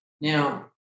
Now